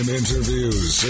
interviews